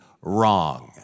wrong